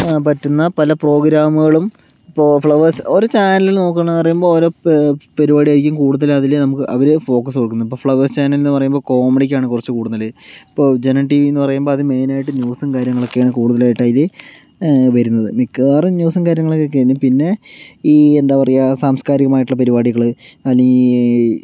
പറ്റുന്ന പല പ്രോഗ്രാമുകളും ഇപ്പോൾ ഫ്ലവേഴ്സ് ഓരോ ചാനലുകൾ നോക്കുകയാണെന്ന് പറയുമ്പോൾ ഓരോ പരിപാടിയായിരിക്കും കൂടുതൽ അതിൽ നമുക്ക് അവർ ഫോക്കസ് കൊടുക്കുന്നത് ഇപ്പോൾ ഫ്ലവേഴ്സ് ചാനലെന്ന് പറയുമ്പോൾ കോമഡിക്കാണ് കുറച്ചു കൂടുതൽ ഇപ്പോൾ ജനം ടി വി എന്ന് പറയുമ്പോൾ അത് മെയിനായിട്ട് ന്യൂസും കാര്യങ്ങളൊക്കെയാണ് കൂടുലായിട്ടതിൽ വരുന്നത് മിക്കവാറും ന്യൂസും കാര്യങ്ങളൊക്കെയാണ് പിന്നെ ഈ എന്താ പറയുക സാംസ്കാരികമായിട്ടുള്ള പരിപാടികൾ അല്ലെങ്കിൽ ഈ